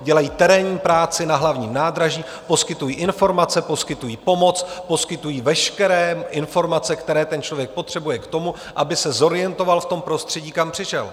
Dělají terénní práci na Hlavním nádraží, poskytují informace, poskytují pomoc, poskytují veškeré informace, které ten člověk potřebuje k tomu, aby se zorientoval v prostředí, kam přišel.